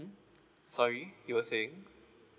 sorry you were saying